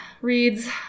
reads